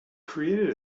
created